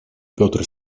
петр